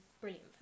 brilliant